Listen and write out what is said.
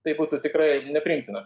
tai būtų tikrai nepriimtina